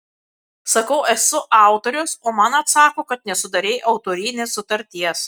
sakau esu autorius o man atsako kad nesudarei autorinės sutarties